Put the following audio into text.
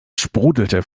sprudelte